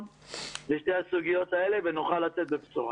לשתי הסוגיות האלה ונוכל לצאת בבשורה.